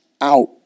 out